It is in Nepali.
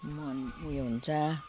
मन उयो हुन्छ